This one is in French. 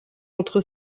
entre